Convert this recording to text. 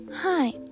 Hi